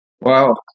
Wow